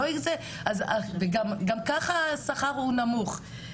גם ככה השכר הוא נמוך.